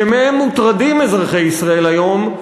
שמהם מוטרדים אזרחי ישראל היום,